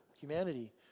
humanity